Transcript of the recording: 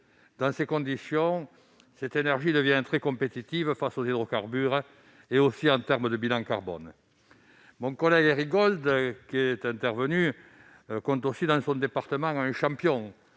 Dans ces conditions, cette énergie devient très compétitive face aux hydrocarbures et aussi en termes de bilan carbone. Notre collègue Éric Gold compte dans son département un champion